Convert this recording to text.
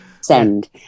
Send